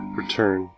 return